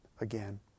again